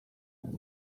night